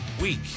week